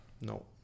No